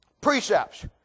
Precepts